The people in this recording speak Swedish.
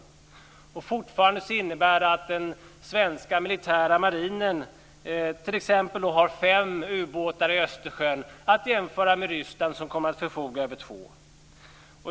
Det innebär fortfarande att den svenska militära marinen t.ex. har fem ubåtar i Östersjön, att jämföra med Ryssland som kommer att förfoga över två.